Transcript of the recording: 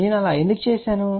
నేను అలా ఎందుకు చేశాను